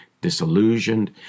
disillusioned